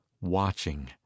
watching